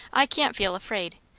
i can't feel afraid.